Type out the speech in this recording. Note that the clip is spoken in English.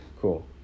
cool